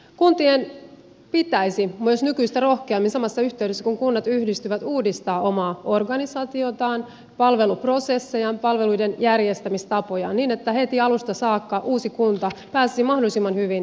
kuntien pitäisi myös nykyistä rohkeammin samassa yhteydessä kun kunnat yhdistyvät uudistaa omaa organisaatiotaan palveluprosessejaan palveluiden järjestämistapoja niin että heti alusta saakka uusi kunta pääsisi mahdollisimman hyvin liikkeelle